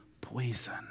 poison